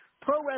Pro